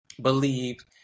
Believed